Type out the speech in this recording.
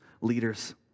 leaders